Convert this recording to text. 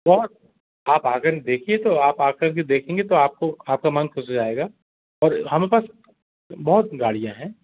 बहुत आप आकर के देखिए तो आप आकर के देखेंगे तो आपको आपका मन खुश हो जाएगा और हमारे पास बहुत गाड़ियाँ हैं